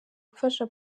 gufasha